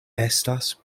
estas